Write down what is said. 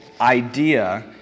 idea